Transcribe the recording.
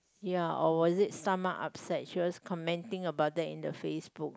ya or will it summer upset she was commenting about that in the FaceBook